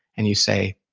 and you say,